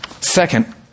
second